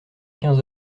quinze